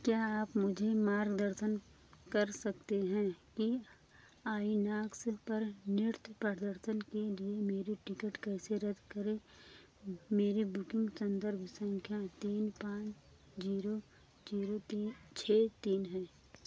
क्या आप मुझे मार्गदर्शन कर सकते हैं कि आईनॉक्स पर नृत्य प्रदर्शन के लिए मेरे टिकट कैसे रद्द करें मेरी बुकिंग संदर्भ संख्या तीन पाँच जीरो जीरो तीन छः तीन है